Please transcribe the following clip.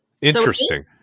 Interesting